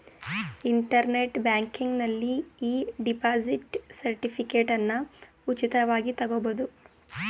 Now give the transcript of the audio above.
internet ಬ್ಯಾಂಕಿಂಗ್ನಲ್ಲಿ e deposit ಸರ್ಟಿಫಿಕೇಟನ್ನ ಉಚಿತವಾಗಿ ತಗೊಬೋದು